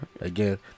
Again